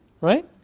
right